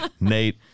Nate